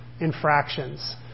infractions